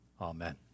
Amen